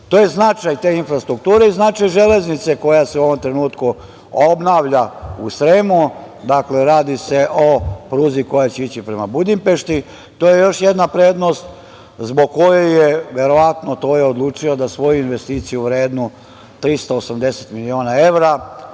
ja. To je značaj te infrastrukture i značaj železnice koja su u ovom trenutku obnavlja u Sremu, dakle, radi se o pruzi koja će ići prema Budimpešti. To je još jedna prednost zbog koje je, verovatno to je odlučio da svoju investiciju vrednu 380 miliona evra